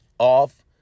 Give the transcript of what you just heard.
off